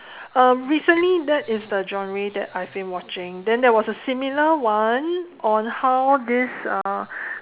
um recently that is the genre that I have been watching then there was a similar one on how this uh